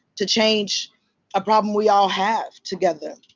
to change a problem we all have together.